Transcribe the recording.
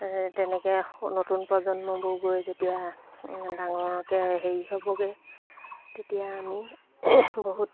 তেনেকৈ নতুন প্ৰজন্মবোৰ গৈ যেতিয়া ডাঙৰকৈ হেৰি হ'বগৈ তেতিয়া আমি বহুত